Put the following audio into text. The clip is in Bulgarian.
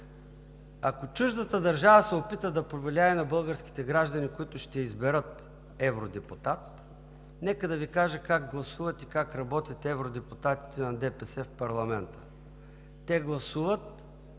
ако чуждата държава се опита да повлияе на българските граждани, които ще изберат евродепутат, нека да Ви кажа как гласуват и как работят евродепутатите на ДПС в парламента. Те гласуват,